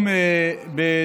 אדוני היושב-ראש,